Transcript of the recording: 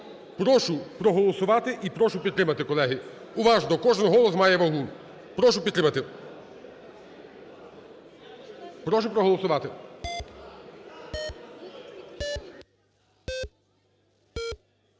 Прошу проголосувати і прошу підтримати, колеги. Уважно, кожен голос має вагу. Прошу підтримати. Прошу проголосувати.